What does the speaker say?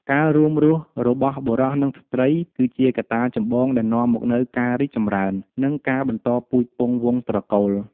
ការរួមរស់របស់បុរសនិងស្ត្រី គឺជាកត្តាចម្បងដែលនាំមកនូវការរីកចម្រើន និងការបន្តពូជពង្សវង្សត្រកូល។